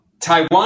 Taiwan